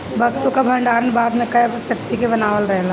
वस्तु कअ भण्डारण बाद में क्रय शक्ति के बनवले रहेला